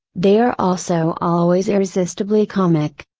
they are also always irresistibly comic.